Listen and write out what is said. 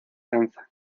danza